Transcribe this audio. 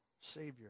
Savior